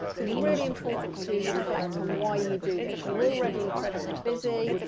it's it's really important to reflect on why you do this, you're already incredibly busy,